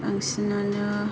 बांसिनानो